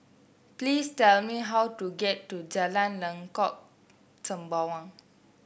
please tell me how to get to Jalan Lengkok Sembawang